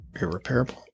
irreparable